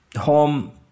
home